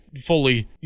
fully